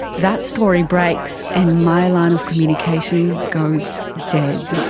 that story breaks, and my line of communication goes dead.